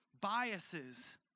biases